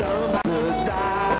no i